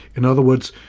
in other words,